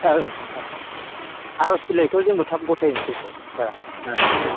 ओं सार आर'ज बिलायखौ जोंबो थाब गथाय होनोसै सार दे